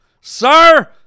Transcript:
Sir